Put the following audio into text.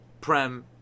Prem